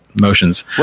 motions